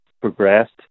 progressed